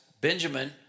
Benjamin